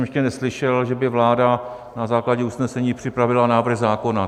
Ještě jsem neslyšel, že by vláda na základě usnesení připravila návrh zákona.